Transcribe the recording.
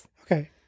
Okay